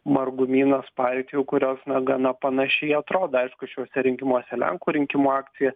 margumynas partijų kurios na gana panašiai atrodo aišku šiuose rinkimuose lenkų rinkimų akcija